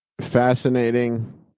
fascinating